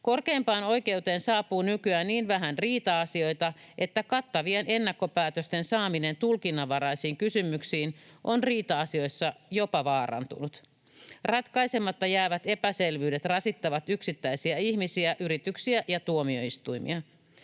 Korkeimpaan oikeuteen saapuu nykyään niin vähän riita-asioita, että kattavien ennakkopäätösten saaminen tulkinnanvaraisiin kysymyksiin on riita-asioissa jopa vaarantunut. Ratkaisematta jäävät epäselvyydet rasittavat yksittäisiä ihmisiä, yrityksiä ja tuomioistuimia.